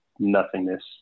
nothingness